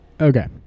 Okay